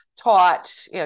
taught